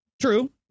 True